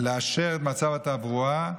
לאשר את מצב התברואה.